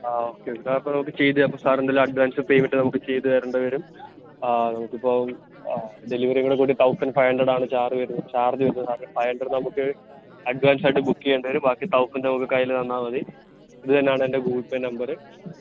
ആ ഓക്കെ സാറിന് നമുക്ക് ചെയ്ത് തരാം അപ്പോള് സാറെന്തായാലും അഡ്വാൻസ് പേയ്മെൻറ്റ് നമുക്ക് ചെയ്ത് തരേണ്ടിവരും നമുക്കിപ്പോള് ഡെലിവെറിയും കൂടെ കൂട്ടി തൗസൻഡ് ഫൈവ് ഹൺഡ്രടാണ് ചാർജ് വരുന്നത് ചാർജ് വരുന്നത് അതിൽ ഫൈവ് ഹൺഡ്രഡ് നമുക്ക് അഡ്വാൻസായിട്ട് ബുക്കെയ്യേണ്ടി വരും ബാക്കി തൗസൻഡ് നമുക്ക് കയ്യില് തന്നാല്മതി ഇത് തന്നാണ് എൻ്റെ ഗൂഗിൾ പേ നമ്പര്